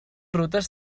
rutes